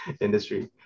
industry